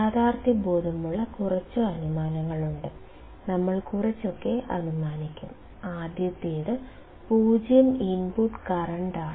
യാഥാർത്ഥ്യബോധമുള്ള കുറച്ച് അനുമാനങ്ങളുണ്ട് നമ്മൾ കുറച്ചൊക്കെ അനുമാനിക്കും ആദ്യത്തേത് 0 ഇൻപുട്ട് കറന്റാണ്